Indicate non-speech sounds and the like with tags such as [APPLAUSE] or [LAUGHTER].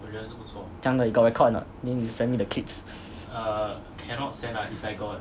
怎样 you got record or not then you send me the clips [LAUGHS]